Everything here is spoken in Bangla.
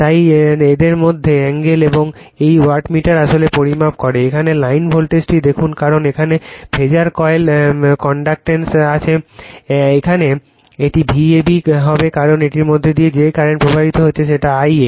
তাই এদের মাঝে এঙ্গেল এবং এই ওয়াটমিটার আসলে পরিমাপ করেএখানে লাইন ভোল্টেজটি দেখুন কারণ এখানে ফেজার কয়েল কানেক্টেড আছে এখানে এটি V ab হবে কারণ এবং এর মধ্য দিয়ে যে কারেন্ট প্রবাহিত হচ্ছে সেটা I a